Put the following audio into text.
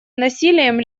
насилием